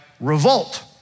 revolt